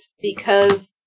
because-